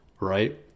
right